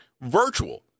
virtual